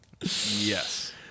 yes